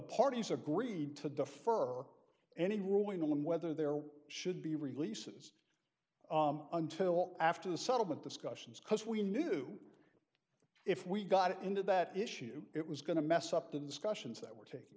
parties agreed to defer any ruling on whether there should be releases until after the settlement discussions because we knew if we got into that issue it was going to mess up the discussions that were t